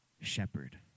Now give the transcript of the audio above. shepherd